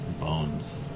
bones